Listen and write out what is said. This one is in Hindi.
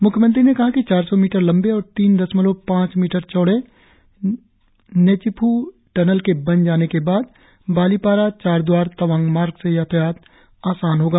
म्ख्यमंत्री ने कहा कि चार सौ मीटर लंबे और तीन दशमलव पांच मीटर चौड़े नेजिफ् टनल के बन जाने के बाद बालिपारा चारदवार तवांग मार्ग से यातायात आसान होगा